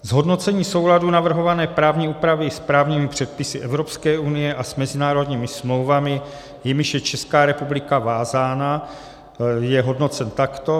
Zhodnocení souladu navrhované právní úpravy s právními předpisy Evropské unie a s mezinárodními smlouvami, jimiž je Česká republika vázána, je hodnoceno takto.